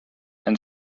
and